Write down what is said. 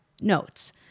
notes